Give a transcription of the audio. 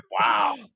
Wow